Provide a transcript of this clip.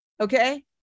okay